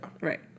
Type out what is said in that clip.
Right